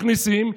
מכניסים,